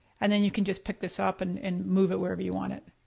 and then you can just pick this up and and move it wherever you want it.